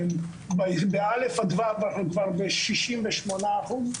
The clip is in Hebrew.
ב- א' עד ו' כבר ב- 68%,